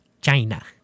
China